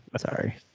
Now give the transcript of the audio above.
Sorry